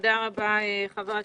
תודה רבה, ח"כ